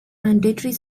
mandatory